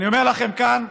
אני אומר לכם כאן,